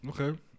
Okay